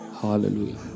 Hallelujah